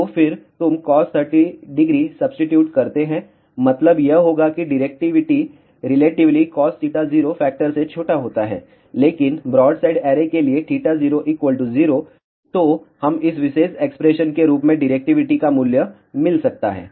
तो फिर तुम cos 300 सब्सीट्यूट करते है मतलब यह होगा कि डिरेक्टिविटी रिलेटिवली cos θ0 फैक्टर से छोटा होता है लेकिन ब्रॉडसाइड ऐरे के लिए θ0 0 तोहम इस विशेष एक्सप्रेशन के रूप में डिरेक्टिविटी का मूल्य मिल सकता है